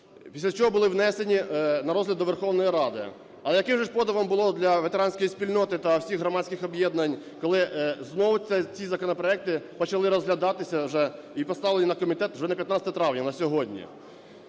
після чого були внесені на розгляд до Верховної Ради. Але яким же подивом було для ветеранської спільноти та всіх громадських об'єднань, коли знову ці законопроекти почали розглядатися вже і поставлені на комітет уже на 15 травня, на сьогодні.